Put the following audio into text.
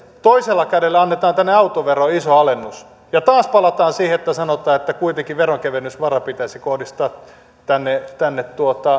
toisella kädellä annetaan tänne autoveroon iso alennus ja taas palataan siihen että sanotaan että kuitenkin veronkevennysvara pitäisi kohdistaa tänne tänne